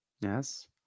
Yes